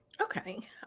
Okay